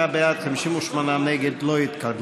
57 בעד, 58 נגד, לא התקבלה.